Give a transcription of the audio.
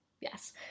Yes